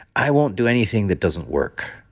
i won't do anything that doesn't work.